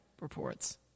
reports